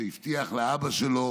שהבטיח לאבא שלו